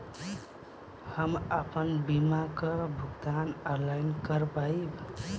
हम आपन बीमा क भुगतान ऑनलाइन कर पाईब?